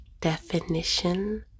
Definition